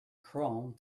chrome